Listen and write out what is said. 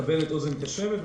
מקבלת אוזן קשבת.